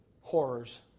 horrors